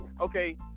Okay